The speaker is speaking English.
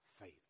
faith